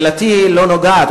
שאלתי לא נוגעת,